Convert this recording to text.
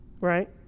right